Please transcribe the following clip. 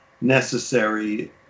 necessary